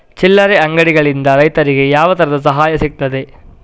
ಚಿಲ್ಲರೆ ಅಂಗಡಿಗಳಿಂದ ರೈತರಿಗೆ ಯಾವ ತರದ ಸಹಾಯ ಸಿಗ್ತದೆ?